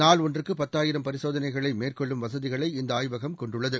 நாள் ஒன்றுக்குபத்தாயிரம் பரிசோதனைகளைமேற்கொள்ளும் வசதிகளை இந்தஆய்வகம் கொண்டுள்ளது